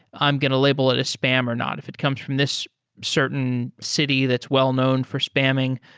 i'm going to label it is spam or not. if it comes from this certain city that's well known for spamming,